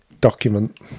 document